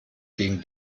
gegen